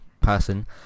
person